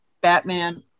batman